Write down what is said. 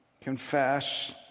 confess